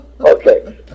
Okay